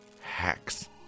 Hacks